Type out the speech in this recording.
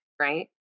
right